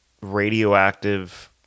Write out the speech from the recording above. radioactive